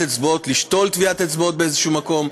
לשתול טביעת אצבעות באיזשהו מקום.